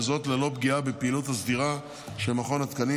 וזאת ללא פגיעה בפעילות הסדירה של מכון התקנים,